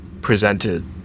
presented